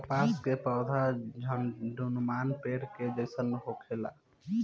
कपास के पौधा झण्डीनुमा पेड़ के जइसन होखेला